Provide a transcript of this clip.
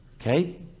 Okay